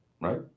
Right